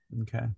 Okay